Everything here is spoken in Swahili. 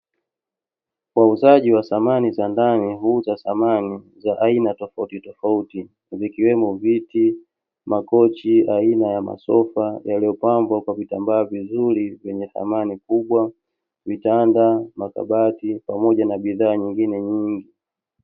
Wauzaji wa samani za ndani huuza samani za aina tofauti tofauti vikiwemo viti, makochi aina ya masofa yaliyopangwa kwa vitambaa vizuri vyenye thamani kubwa, vitanda, makabati pamoja na bidhaa nyingine nyingi.